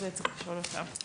זה דבר שצריך לשאול אותם.